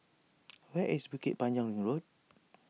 where is Bukit Panjang Ring Road